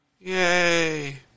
Yay